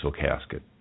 Casket